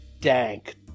dank